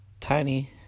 tiny